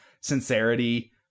sincerity